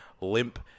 limp